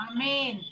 Amen